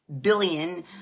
billion